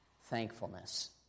Thankfulness